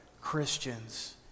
Christians